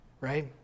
Right